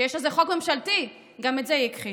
שיש על זה חוק ממשלתי, גם את זה היא הכחישה.